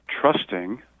trusting